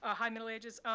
ah high middle ages?